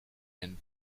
and